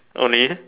only